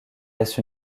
laisse